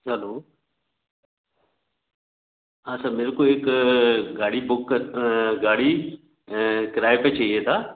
hello हाँ sir मेरे को एक गाड़ी बुक गाड़ी किराए पर चाहिए था